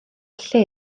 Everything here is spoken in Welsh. lle